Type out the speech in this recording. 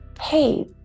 hey